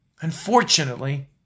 Unfortunately